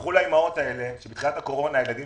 לכו לאימהות האלה שבתחילת הקורונה הילדים